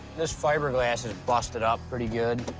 this fiberglass is busted up pretty good.